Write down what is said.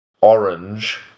orange